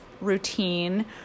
routine